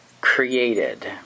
created